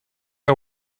are